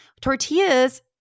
Tortillas